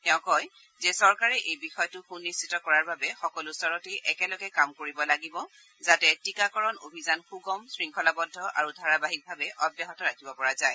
তেওঁ কয় যে চৰকাৰে এই বিষয়টো সুনিশ্চিত কৰাৰ বাবে সকলো স্তৰতে একেলগে কাম কৰিব লাগিব যাতে টীকাকৰণ অভিযান সুগম শৃংখলাবদ্ধ আৰু ধাৰাবাহিকভাৱে অব্যাহত ৰাখিব পৰা যায়